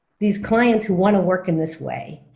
these clients who want to work in this way?